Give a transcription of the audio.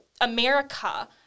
America